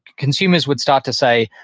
consumers would start to say,